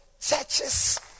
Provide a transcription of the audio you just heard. churches